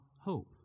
hope